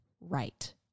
right